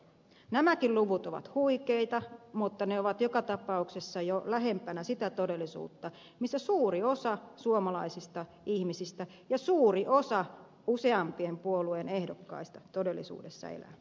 nämäkin luvut ovat huikeita mutta ne ovat joka tapauksessa jo lähempänä sitä todellisuutta missä suuri osa suomalaisista ihmisistä ja suuri osa useampien puolueiden ehdokkaista todellisuudessa elää